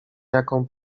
jaką